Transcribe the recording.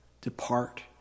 depart